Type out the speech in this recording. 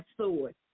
sword